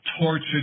tortured